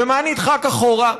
ומה נדחק אחורה?